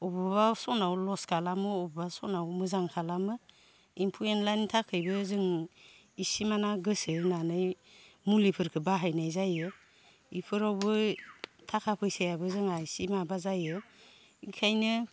अबावबा समाव लस खालामो अबावबा सनाव मोजां खालामो एम्फौ एन्लानि थाखायबो जों इसि माना गोसो होनानै मुलिफोरखो बाहायनाय जायो इफोरावबो थाखा फैसायाबो जोंहा इसे माबा जायो इखायनो